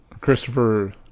Christopher